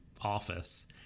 office